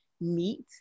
meet